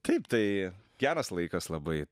taip tai geras laikas labai